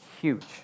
huge